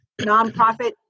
nonprofit